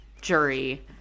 jury